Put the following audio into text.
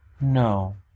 No